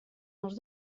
els